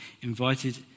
invited